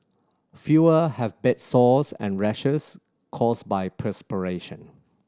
fewer have bed sores and rashes caused by perspiration